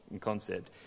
concept